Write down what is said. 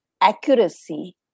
accuracy